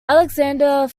alexander